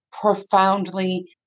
profoundly